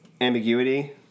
Ambiguity